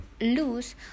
lose